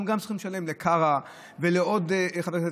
גם צריכים לשלם לחבר הכנסת קארה ולעוד אנשים,